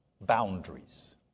boundaries